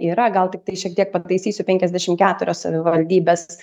yra gal tiktai šiek tiek pataisysiu penkiasdešim keturios savivaldybės